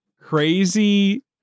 crazy